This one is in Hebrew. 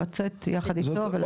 או לצאת יחד איתו.